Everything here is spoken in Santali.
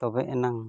ᱛᱚᱵᱮ ᱮᱱᱟᱝ